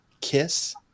Kiss